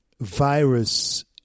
virus